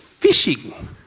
Fishing